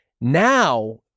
Now